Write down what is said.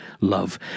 love